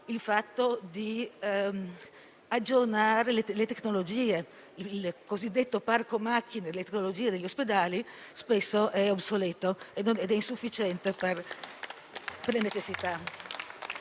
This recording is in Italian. necessità di aggiornare le tecnologie, il cosiddetto parco macchine degli ospedali che spesso è obsoleto ed insufficiente per le necessità.